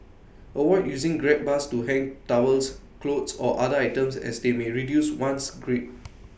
avoid using grab bars to hang towels clothes or other items as they may reduce one's grip